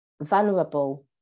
vulnerable